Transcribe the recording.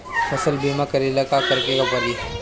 फसल बिमा करेला का करेके पारी?